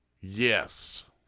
Yes